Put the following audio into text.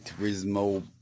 Turismo